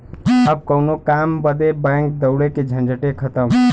अब कउनो काम बदे बैंक दौड़े के झंझटे खतम